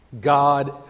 God